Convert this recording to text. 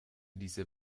diese